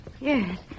Yes